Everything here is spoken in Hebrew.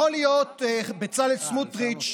יכול להיות, בצלאל סמוטריץ',